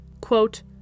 Quote